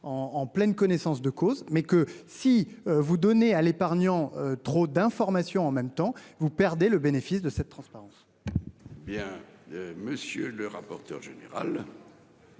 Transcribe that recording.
en pleine connaissance de cause, mais que si vous donnez à l'épargnant. Trop d'informations en même temps vous perdez le bénéfice de cette transparence.